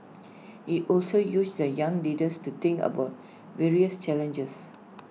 he also use the young leaders to think about various challenges